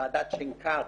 ועדת שנקר,